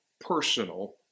personal